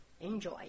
Enjoy